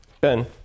Ben